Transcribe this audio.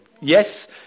Yes